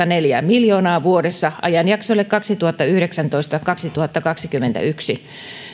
neljä miljoonaa vuodessa ajanjaksoille kaksituhattayhdeksäntoista viiva kaksituhattakaksikymmentäyksi